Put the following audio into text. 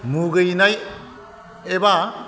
मुगैनाय एबा